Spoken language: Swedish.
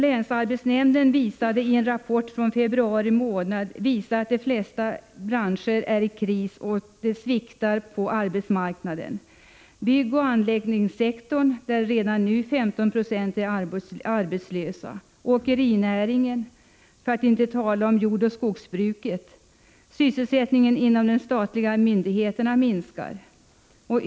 Länsarbetsnämndens rapport för februari månad visar att de flesta branscher är i kris och att arbetsmarknaden sviktar. Det gäller byggoch anläggningssektorn, där redan nu 15 96 är arbetslösa, och åkerinäringen, för att inte tala om jordoch skogsbruket. Även sysselsättningen inom de statliga myndigheterna minskar.